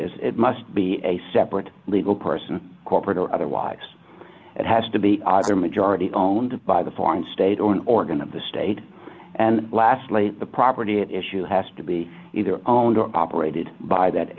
is it must be a separate legal person corporate or otherwise it has to be either majority owned by the foreign state or an organ of the state and lastly the property at issue has to be either owned or operated by that